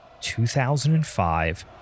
2005